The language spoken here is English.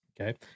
Okay